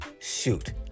Shoot